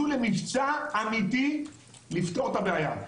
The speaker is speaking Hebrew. וייצאו למבצע אמיתי לפתור את הבעיה.